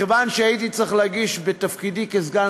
מכיוון שהייתי צריך להגיש בתפקידי כסגן